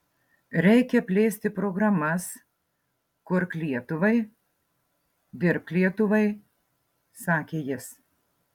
reikia plėsti programas kurk lietuvai dirbk lietuvai sakė jis